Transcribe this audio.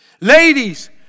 Ladies